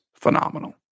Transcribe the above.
phenomenal